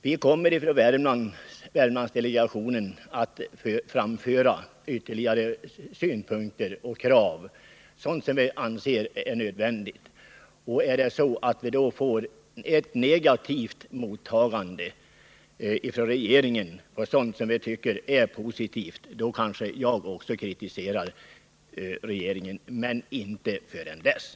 Vi kommer från Värmlandsdelegationen att framföra ytterligare synpunkter och krav som vi anser vara nödvändiga att ta upp. Får vi då ett negativt mottagande från regeringen på sådana synpunkter som vi tycker är positiva, kanske också jag kommer att kritisera regeringen — men inte dessförinnan.